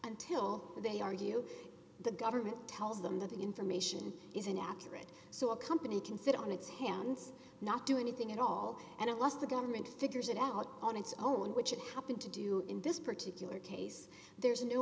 until they argue the government tells them that the information is inaccurate so a company can sit on its hands not do anything at all and unless the government figures it out on its own which it happened to do in this particular case there's no